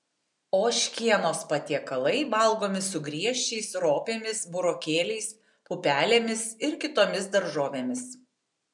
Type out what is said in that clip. ožkienos patiekalai valgomi su griežčiais ropėmis burokėliais pupelėmis ir kitomis daržovėmis